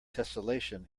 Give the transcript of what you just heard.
tesselation